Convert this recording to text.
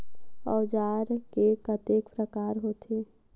औजार के कतेक प्रकार होथे?